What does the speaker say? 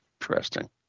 Interesting